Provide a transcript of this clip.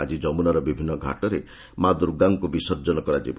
ଆଜି ଯମୁନାର ବିଭିନ୍ନ ଘାଟରେ ମା' ଦୁର୍ଗାଙ୍କୁ ବିସର୍ଜନ କରାଯିବ